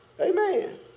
Amen